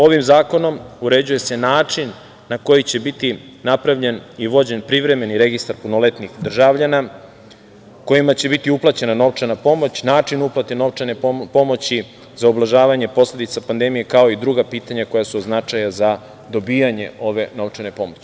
Ovim zakonom uređuje se način na koji će biti napravljen i vođen privremeni registar punoletnih državljana kojima će biti uplaćena novčana pomoć, način uplate novčane pomoći za ublažavanje posledica pandemije, kao i druga pitanja koja su od značaja za dobijanje ove novčane pomoći.